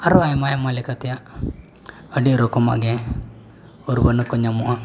ᱟᱨᱦᱚᱸ ᱟᱭᱢᱟᱼᱟᱭᱢᱟ ᱞᱮᱠᱟᱛᱮᱭᱟᱜ ᱟᱹᱰᱤ ᱨᱚᱠᱚᱢᱟᱜ ᱜᱮ ᱩᱨᱵᱟᱱᱟ ᱠᱚ ᱧᱟᱢᱚᱜᱼᱟ